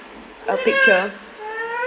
a picture